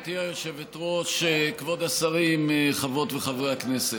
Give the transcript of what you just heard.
גברתי היושבת-ראש, כבוד השרים, חברות וחברי הכנסת,